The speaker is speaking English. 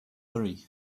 hurry